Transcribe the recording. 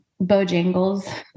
Bojangles